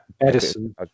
Edison